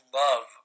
love